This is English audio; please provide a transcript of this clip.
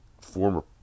former